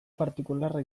partikularra